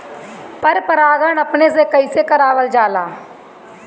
पर परागण अपने से कइसे करावल जाला?